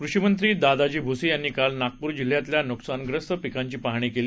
कृषीमंत्री दादाजी भूसे यांनी काल नागपूर जिल्ह्यातल्या नुकसानग्रस्त पिकांची पाहणी केली